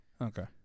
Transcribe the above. okay